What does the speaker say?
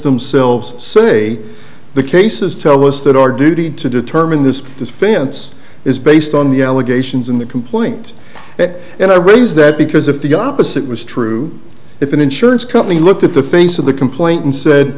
themselves say the cases tell us that our duty to determine this defense is based on the allegations in the complaint that and i raise that because if the opposite was true if an insurance company looked at the face of the complaint and